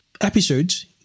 episodes